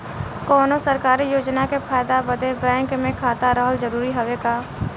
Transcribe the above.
कौनो सरकारी योजना के फायदा बदे बैंक मे खाता रहल जरूरी हवे का?